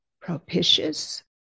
propitious